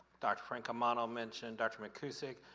dr. francomano mentioned dr. mckusick,